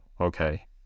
okay